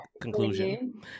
conclusion